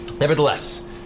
Nevertheless